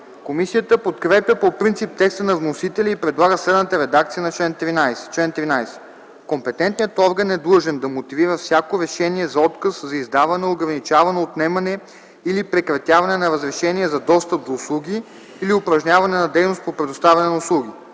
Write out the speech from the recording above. Комисията подкрепя по принцип текста на вносителя и предлага следната редакция на чл. 13: „Чл. 13. Компетентният орган е длъжен да мотивира всяко решение за отказ за издаване, ограничаване, отнемане или прекратяване на разрешение за достъп до услуги или упражняване на дейност по предоставяне на услуги.